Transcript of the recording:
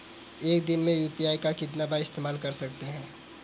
एक दिन में यू.पी.आई का कितनी बार इस्तेमाल कर सकते हैं?